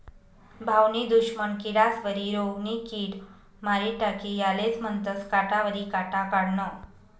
भाऊनी दुश्मन किडास्वरी रोगनी किड मारी टाकी यालेज म्हनतंस काटावरी काटा काढनं